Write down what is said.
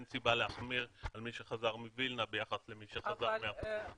אין סיבה להחמיר על מי שחזר מווילנה ביחס למי שחזר מארצות-הברית.